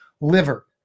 liver